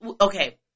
okay